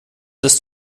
ist